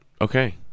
Okay